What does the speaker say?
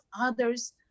others